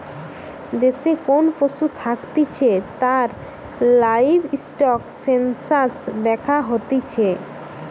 দেশে কোন পশু থাকতিছে তার লাইভস্টক সেনসাস দ্যাখা হতিছে